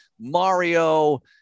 Mario